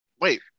wait